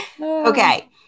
Okay